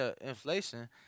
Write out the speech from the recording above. inflation